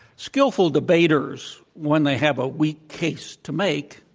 skillful debaters, when they have a weak case to make,